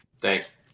Thanks